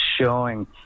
showing